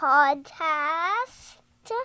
Podcast